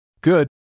Good